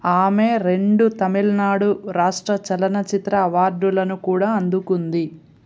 ఆమె రెండు తమిళ్నాడు రాష్ట్ర చలనచిత్ర అవార్డులను కూడా అందుకుంది